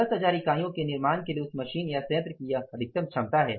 10 हजार इकाइयों के निर्माण के लिए उस मशीन या संयंत्र की अधिकतम क्षमता है